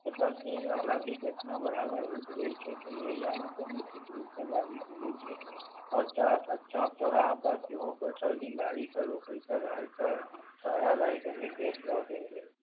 एकर जे आपराधिक घटना बराबर होइत रहै छै ताहि एरिआमे तऽ निश्चित रूपसँ गाड़ी घूमै छै आओर चौक चौराहापर सेहो पैट्रोलिङ्ग गाड़ीके रोकैके रहै छै ठड़ा रहैके निर्देश दऽ देल गेल छै